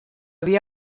via